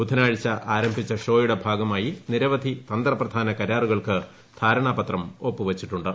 ബുധനാഴ്ച ആരംഭിച്ച ഷോയുടെ ഭാഗമായി നിരവധി തന്ത്രപ്രധാന കരാറുകൾക്ക് ധാരണാപത്രം ഒപ്പു വച്ചിട്ടു ്